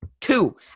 Two